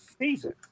season